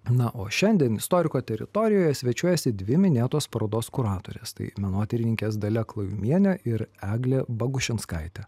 na o šiandien istoriko teritorijoje svečiuojasi dvi minėtos parodos kuratorės tai menotyrininkės dalia klajumienė ir eglė bagušinskaitė